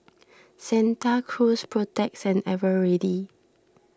Santa Cruz Protex and Eveready